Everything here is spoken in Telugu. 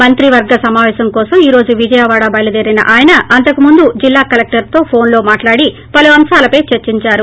మంత్రివర్గ సమాపేశం కోసం ఈ రోజు విజయవాడ బయలుదేరిన ఆయన అంతకుముందు జిల్లా కలెక్షర్తో ఫోన్లో మాట్లాడి పలు అంశాలపై చర్చించారు